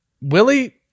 Willie